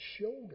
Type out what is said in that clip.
shoulder